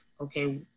okay